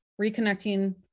reconnecting